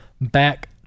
back